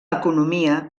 economia